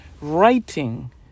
writing